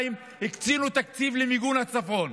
אני קיבלתי תוספת של 650 מיליון שקל למערכת הבריאות,